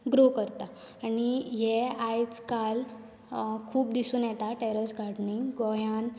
grow करतात यें आयज काल खूब दिसून येता टेरॅस गार्डनींग गोंयांत